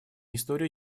история